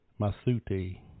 Masuti